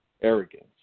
arrogance